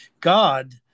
God